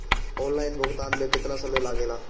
Online भुगतान में केतना समय लागेला?